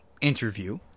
interview